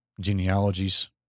genealogies